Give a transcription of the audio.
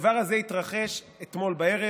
הדבר הזה התרחש אתמול בערב.